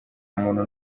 muntu